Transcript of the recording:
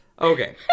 okay